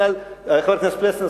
חבר הכנסת פלסנר,